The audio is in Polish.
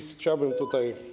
Chciałbym tutaj.